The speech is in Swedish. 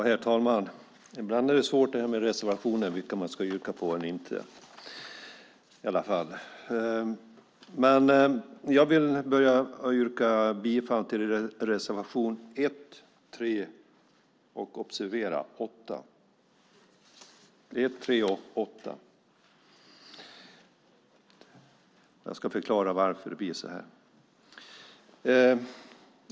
Herr talman! Jag vill börja med att yrka bifall till reservationerna 1, 3 och, observera, 8. Jag ska förklara varför det blir så.